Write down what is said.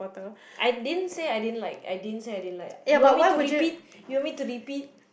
I didn't say I didn't like you want me to repeat you want me to repeat